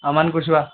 Aman Kushwaha